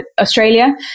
Australia